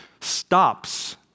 stops